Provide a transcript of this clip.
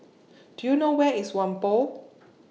Do YOU know Where IS Whampoa